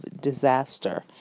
disaster